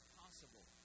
possible